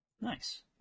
Nice